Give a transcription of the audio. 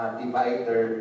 divider